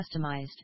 customized